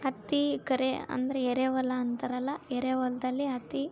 ಹತ್ತಿ ಕರೆ ಅಂದ್ರ ಎರೆಹೊಲ ಅಂತಾರಲ್ಲಾ ಎರೆಹೊಲದಲ್ಲಿ ಹತ್ತಿ